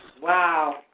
Wow